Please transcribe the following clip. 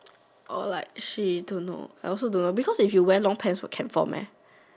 or like she don't know I also don't know because if you wear long pants will can form meh